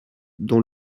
dont